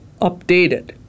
updated